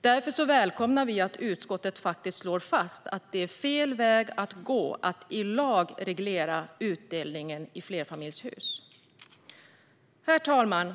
Därför välkomnar vi att utskottet slår fast att det är fel väg att gå att i lag reglera utdelningen i flerfamiljshus. Herr talman!